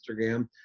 Instagram